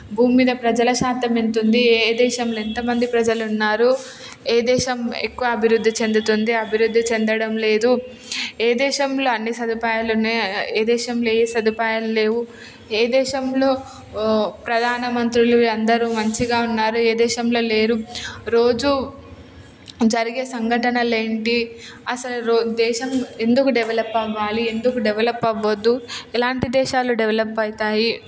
భూమి మీద ప్రజల శాతం ఎంత ఉంది ఏ దేశంలో ఎంత మంది ప్రజలు ఉన్నారు ఏ దేశం ఎక్కువ అభివృద్ధి చెందుతుంది అభివృద్ధి చెందడం లేదు ఏ దేశంలో అన్ని సదుపాయాలు ఉన్నాయి ఏ దేశంలో ఏ సదుపాయాలు లేవు ఏ దేశంలో ప్రధాన మంత్రులు అందరూ మంచిగా ఉన్నారు ఏ దేశంలో లేరు రోజు జరిగే సంఘటనలు ఏంటి అసలు రో దేశం ఎందుకు డెవలప్ అవ్వాలి ఎందుకు డెవలప్ అవ్వొద్దు ఎలాంటి దేశాలు డెవలప్ అవుతాయి